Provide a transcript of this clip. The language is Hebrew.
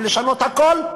לשנות הכול,